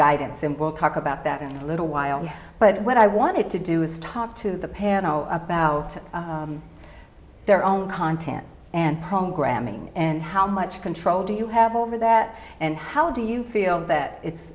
guidance and we'll talk about that in a little while but what i wanted to do is talk to the panel about their own content and programming and how much control do you have over that and how do you feel that it's